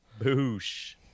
Boosh